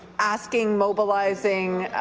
asking, mobilizing,